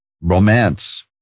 romance